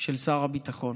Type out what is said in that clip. של שר הביטחון.